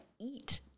eat